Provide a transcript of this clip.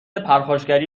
پرخاشگری